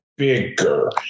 Bigger